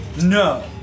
No